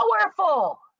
powerful